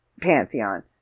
pantheon